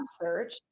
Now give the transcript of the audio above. search